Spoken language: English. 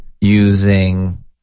using